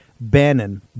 Bannon